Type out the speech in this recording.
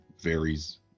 varies